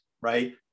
right